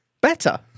Better